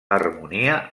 harmonia